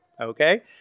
Okay